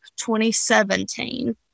2017